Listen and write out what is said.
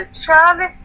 Charlie